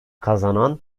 kazanan